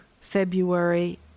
February